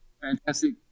fantastic